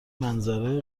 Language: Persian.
منظره